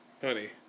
honey